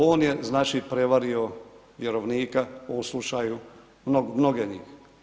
On je znači prevario vjerovnika, u ovom slučaju mnoge njih.